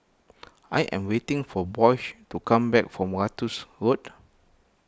I am waiting for Boyce to come back from Ratus Road